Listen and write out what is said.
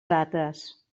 dates